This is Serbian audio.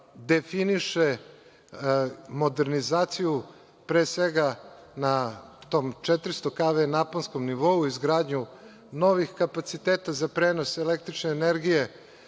definiše modernizaciju, pre svega na tom 400 kv naponskom nivou, izgradnju novih kapaciteta za prenos električne energije.